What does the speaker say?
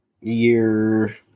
year